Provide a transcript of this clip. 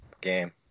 game